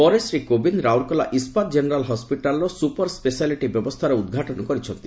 ପରେ ଶ୍ରୀ କୋବିନ୍ଦ ରାଉରକେଲା ଇସ୍କାତ ଜେନେରାଲ ହସ୍ପିଟାଲର super speciality ବ୍ୟବସ୍ଥାର ଉଦ୍ଘାଟନ କରିଛନ୍ତି